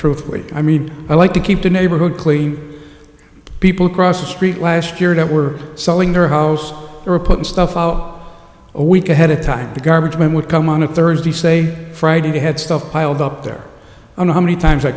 when i mean i like to keep the neighborhood clean people across the street last year that were selling their house or put stuff out a week ahead of time the garbage men would come on a thursday say friday they had stuff piled up there on how many times i